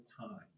time